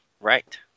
Right